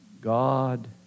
God